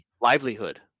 livelihood